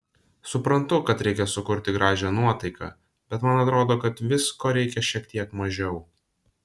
suprantu kad reikia sukurti gražią nuotaiką bet man atrodo kad visko reikia šiek tiek mažiau